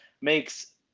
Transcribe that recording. makes